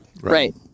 Right